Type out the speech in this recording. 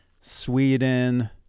Sweden